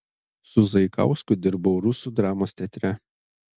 su zaikausku dirbau rusų dramos teatre